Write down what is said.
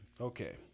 Okay